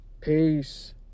peace